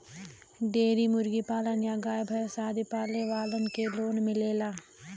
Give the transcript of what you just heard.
dairy मुर्गी पालन गाय भैस आदि पाले वालन के लोन मिलेला